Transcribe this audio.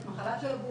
זו מחלה של הגוף